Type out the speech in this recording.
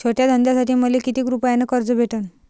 छोट्या धंद्यासाठी मले कितीक रुपयानं कर्ज भेटन?